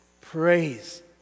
Praise